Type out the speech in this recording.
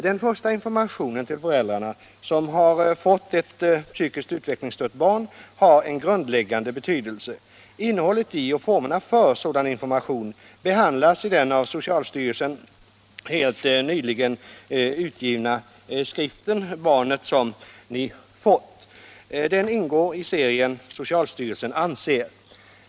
Den första informationen till föräldrar som har fått ett psykiskt utvecklingsstört barn har en grundläggande betydelse. Innehållet i och formerna för sådan information behandlas i den av socialstyrelsen helt nyligen utgivna skriften Barnet ni fått. Den ingår i serien Socialstyrelsen anser.